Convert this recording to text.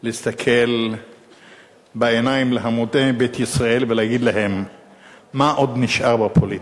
כדי להסתכל בעיניים להמוני בית ישראל ולהגיד להם מה עוד נשאר בפוליטיקה.